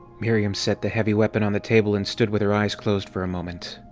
miriam set the heavy weapon on the table and stood with her eyes closed for a moment.